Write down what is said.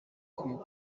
kureka